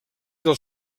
del